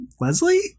Leslie